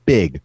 Big